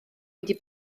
wedi